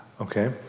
Okay